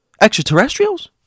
Extraterrestrials